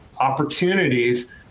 opportunities